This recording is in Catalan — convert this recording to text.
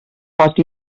pot